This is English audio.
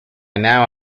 now